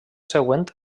següent